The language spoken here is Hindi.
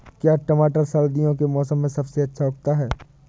क्या टमाटर सर्दियों के मौसम में सबसे अच्छा उगता है?